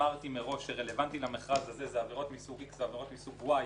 שאמרתי שרלוונטי למכרז זה עבירות מסוג איקס ועבירות מסוג וואי,